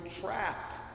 trapped